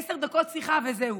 עשר דקות שיחה וזהו,